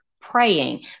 praying